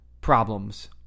problems